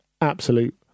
absolute